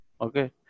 okay